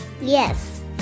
Yes